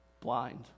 blind